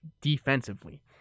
defensively